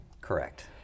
Correct